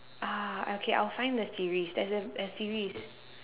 ah okay I'll find the series there's a a series